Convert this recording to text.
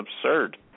absurd